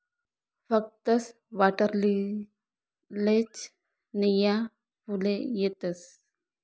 फकस्त वॉटरलीलीलेच नीया फुले येतस